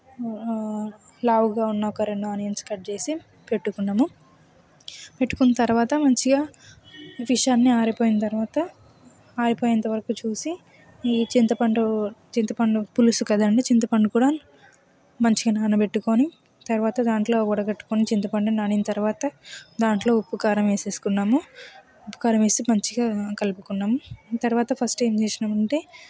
లావుగా ఉన్న ఒక రెండు ఆనియన్స్ కట్ చేసి పెట్టుకున్నాము పెట్టుకున్న తర్వాత మంచిగా ఫిష్ అన్ని ఆరిపోయిన తర్వాత ఆరిపోయేంతవరకు చూసి ఈ చింతపండు చింతపండు పులుసు కదండీ చింతపండు కూడా మంచిగా నానబెట్టుకొని తర్వాత దాంట్లో ఒడగట్టుకుని చింతపండు నానిన తర్వాత దాంట్లో ఉప్పు కారం వేసేసుకున్నాము కారం వేసి మంచిగా కలుపుకున్నాము తర్వాత ఫస్ట్ ఏం చేసినామంటే